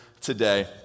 today